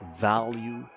value